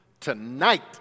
tonight